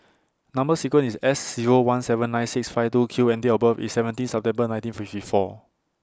Number sequence IS S Zero one seven nine six five two Q and Date of birth IS seventeen September nineteen fifty four